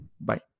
Bye